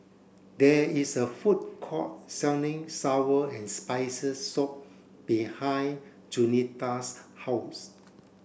there is a food court selling sour and spicy soup behind Jaunita's house